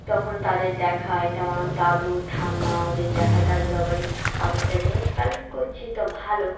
তখন তাদের দেখায় ত আমার দাদু ঠাম্মা ওদের দেখায় দাদুরা বলে আগেকার জিনিস কালেক্ট করছি তো ভালো